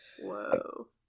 Whoa